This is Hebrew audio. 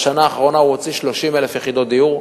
בשנה האחרונה הוא הוציא 30,000 יחידות דיור,